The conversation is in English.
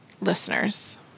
listeners